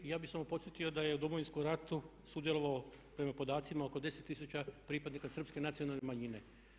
Ja bih samo podsjetio da je u Domovinskom ratu sudjelovalo prema podacima oko 10 000 pripadnika srpske nacionalne manjine.